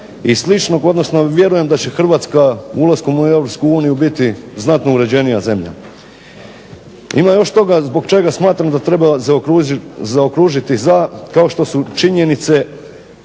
i sličnog odnosno vjerujem da će Hrvatska ulaskom u Europsku uniju biti znatno uređenija zemlja. Ima još toga zbog čega smatram da treba zaokružiti "DA" su činjenice